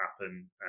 happen